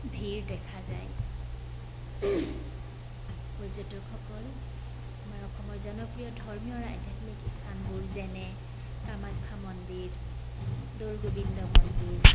ভিৰ দেখা যায় পৰ্যটকসকল আমাৰ অসমৰ জনপ্ৰিয় ধৰ্মীয় আৰু আধ্যাত্মিক স্থানবোৰ যেনে কামাখ্যা মন্দিৰ দৌল গোবিন্দ মন্দিৰ